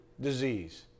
disease